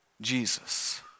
Jesus